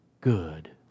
good